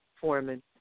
Foreman